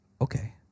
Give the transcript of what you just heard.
okay